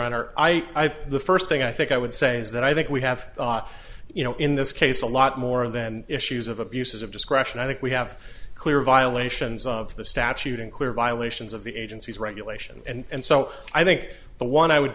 honor i the first thing i think i would say is that i think we have you know in this case a lot more than issues of abuses of discretion i think we have clear violations of the statute and clear violations of the agency's regulation and so i think the one i would